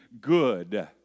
good